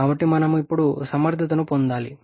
కాబట్టి మనం ఇప్పుడు సమర్థతను పొందాలి